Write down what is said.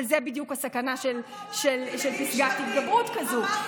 אבל זו בדיוק הסכנה של פסקת התגברות כזאת.